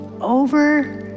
over